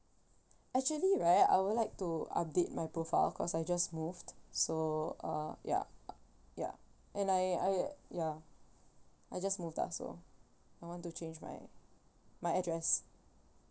actually right I would like to update my profile cause I just moved so uh ya ya and I I ya I just moved ah so I want to change my my address